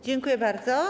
Dziękuję bardzo.